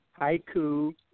Haiku